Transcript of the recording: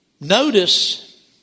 Notice